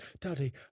Daddy